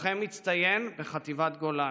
לוחם מצטיין בחטיבת גולני.